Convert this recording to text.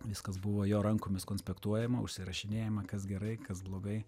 viskas buvo jo rankomis konspektuojama užsirašinėjama kas gerai kas blogai